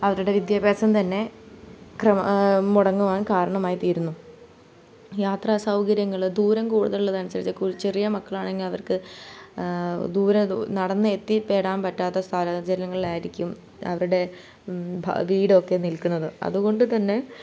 അവരുടെ വിദ്യാഭ്യാസം തന്നെ ക്രമം മുടങ്ങുവാൻ കാരണമായി തീരുന്നു യാത്രാസൗകര്യങ്ങൾ ദൂരം കൂടുതലുള്ളതനുസരിച്ച് ചെറിയ മക്കളാണെങ്കിൽ അവർക്ക് ദൂരെ നടന്ന് എത്തിപ്പെടാൻ പറ്റാത്ത സ്ഥാഹജങ്ങ്യളിലായിരിക്കും അവരുടെ വീടൊക്കെ നിൽക്കുന്നത് അതുകൊണ്ട് തന്നെ